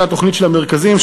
אותה תוכנית של המרכזים,